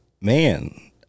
man